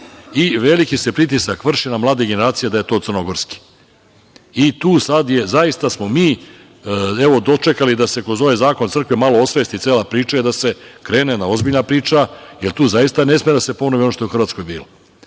Veliki se pritisak vrši na mlade generacije da je to crnogorski. Mi smo dočekali da se kroz ovaj zakon crkve, malo osvesti cela priča i da se krene jedna ozbiljna priča, jer tu zaista ne sme da se ponovi ono što je u Hrvatskoj bilo. Tako